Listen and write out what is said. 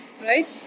right